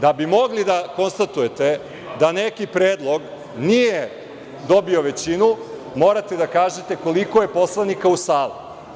Da bi mogli da konstatujete da neki Predlog nije dobio većinu, morate da kažete koliko je poslanika u sali.